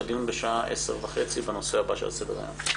הדיון בשעה 10:30 בנושא הבא שעל סדר היום.